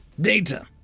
Data